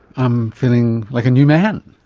i'm feeling like a new man.